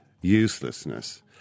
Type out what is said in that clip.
uselessness